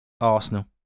Arsenal